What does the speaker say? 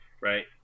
Right